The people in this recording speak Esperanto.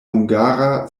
hungara